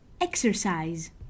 exercise